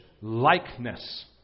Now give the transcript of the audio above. likeness